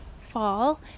fall